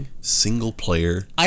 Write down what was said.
single-player